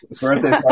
Birthday